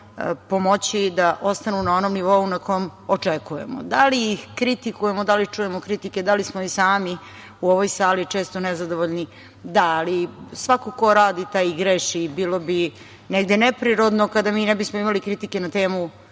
pomoći da ostanu na onom nivou na kom očekujemo. Da li ih kritikujemo, da li čujemo kritike, da li smo i sami u ovoj sali često nezadovoljni, da, ali, svako ko radi taj i greši, i bilo bi negde neprirodno da mi ne bismo imali kritike na temu